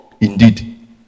indeed